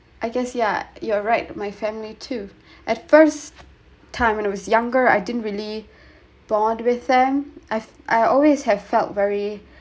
I guess yeah you're right my family too at first time when I was younger I didn't really bond with them I've I always have felt